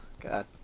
God